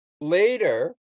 later